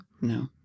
No